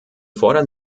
fordern